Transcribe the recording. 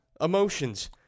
emotions